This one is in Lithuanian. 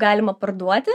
galima parduoti